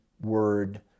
word